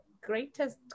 greatest